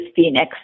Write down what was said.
Phoenix